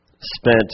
spent